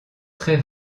très